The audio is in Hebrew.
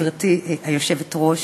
גברתי היושבת-ראש,